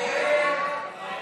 מי